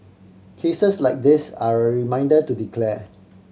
cases like this are a reminder to declare